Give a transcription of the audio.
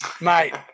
Mate